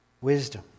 wisdom